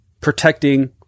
protecting